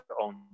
own